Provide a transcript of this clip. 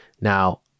Now